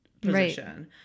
position